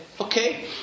okay